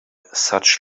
such